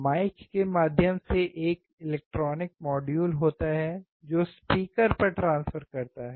mic के माध्यम से एक इलेक्ट्रॉनिक मॉड्यूल होता है जो स्पीकर पर ट्रांसफर करता है